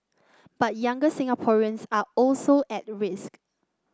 but younger Singaporeans are also at risk